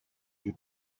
you